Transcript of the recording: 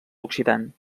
oxidant